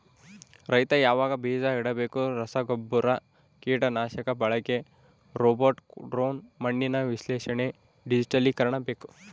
ರೈತ ಯಾವಾಗ ಬೀಜ ಇಡಬೇಕು ರಸಗುಬ್ಬರ ಕೀಟನಾಶಕ ಬಳಕೆ ರೋಬೋಟ್ ಡ್ರೋನ್ ಮಣ್ಣಿನ ವಿಶ್ಲೇಷಣೆ ಡಿಜಿಟಲೀಕರಣ ಬೇಕು